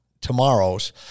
Tomorrow's